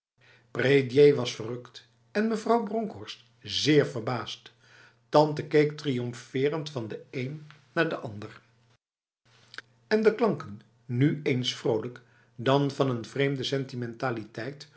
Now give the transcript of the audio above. prédier was verrukt en mevrouw bronkhorst zeer verbaasd tante keek triomferend van de een naar de ander en de klanken nu eens vrolijk dan van n vreemde